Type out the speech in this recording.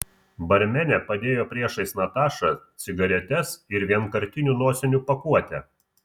barmenė padėjo priešais natašą cigaretes ir vienkartinių nosinių pakuotę